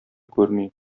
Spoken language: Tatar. күрми